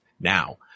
Now